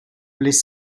plaies